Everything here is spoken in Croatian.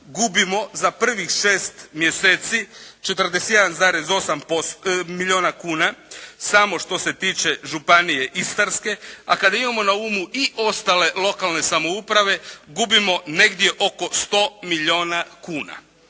gubimo za prvih 6 mjeseci 41,8 milijuna kuna samo što se tiče Županije istarske, a kada imamo na umu i ostale lokalne samouprave gubimo negdje oko 100 milijuna kuna,